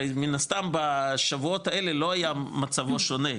הרי מן הסתם בשבועות האלה לא היה מצבו שונה,